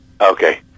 okay